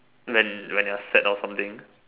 when when you're sad or something